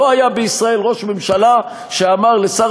לא היה בישראל ראש ממשלה שאמר לשר